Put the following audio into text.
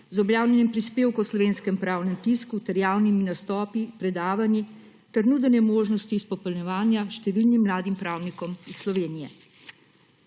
z objavljanjem prispevkov v slovenskem pravnem tisku ter javnimi nastopi, predavanji ter nudenjem možnosti izpopolnjevanja številnim mladim pravnikom iz Slovenije.